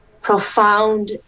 profound